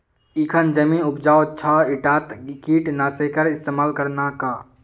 इखन जमीन उपजाऊ छ ईटात कीट नाशकेर इस्तमाल ना कर